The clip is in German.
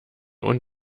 und